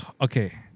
Okay